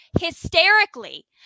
hysterically